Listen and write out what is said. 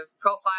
profile